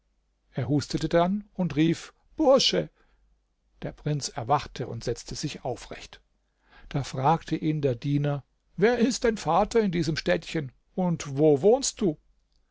er hustete dann und rief bursche der prinz erwachte und setzte sich aufrecht da fragte ihn der diener wer ist dein vater in diesem städtchen und wo wohnst du